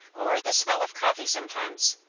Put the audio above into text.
or the smell of coffee sometimes,